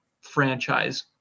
franchise